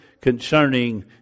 concerning